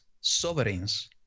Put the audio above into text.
sovereigns